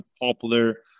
popular